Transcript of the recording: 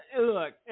Look